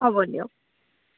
হ'ব দিয়ক